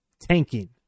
tanking